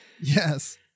Yes